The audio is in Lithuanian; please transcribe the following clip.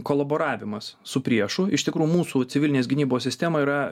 kolaboravimas su priešu iš tikrųjų mūsų civilinės gynybos sistema yra